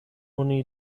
oni